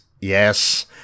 yes